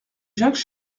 jacques